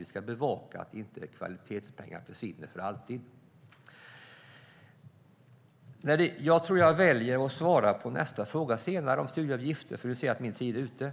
Vi ska bevaka att kvalitetspengar inte försvinner för alltid. Jag tror att jag väljer att svara på frågan om studieavgifter senare, för nu ser jag att min talartid är slut.